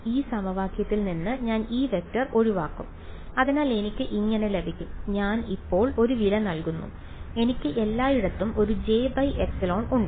ഈ സമവാക്യത്തിൽ നിന്ന് ഞാൻ E→ ഒഴിവാക്കും അതിനാൽ എനിക്ക് ഇങ്ങനെ ലഭിക്കും ഞാൻ ഇപ്പോൾ ഒരു വില നൽകുന്നു എനിക്ക് എല്ലായിടത്തും ഒരു jε ഉണ്ട്